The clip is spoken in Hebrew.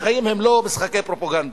והחיים הם לא משחקי פרופגנדה.